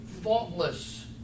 faultless